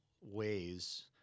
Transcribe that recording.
ways